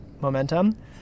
momentum